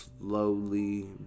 slowly